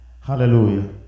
Hallelujah